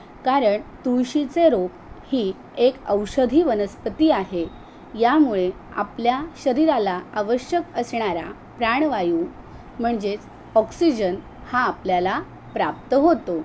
कारण तुळशीचे रोप ही एक औषधी वनस्पती आहे यामुळे आपल्या शरीराला आवश्यक असणारा प्राणवायू म्हणजेच ऑक्सिजन हा आपल्याला प्राप्त होतो